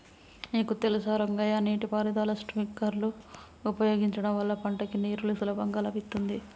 నీకు తెలుసా రంగయ్య నీటి పారుదల స్ప్రింక్లర్ ఉపయోగించడం వల్ల పంటకి నీరు సులభంగా లభిత్తుంది